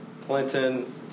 Clinton